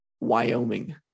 wyoming